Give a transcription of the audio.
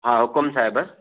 हा हुकुम साहिब